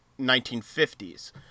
1950s